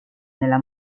nella